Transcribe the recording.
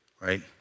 right